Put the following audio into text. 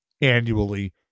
annually